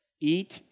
Eat